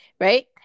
right